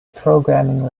programming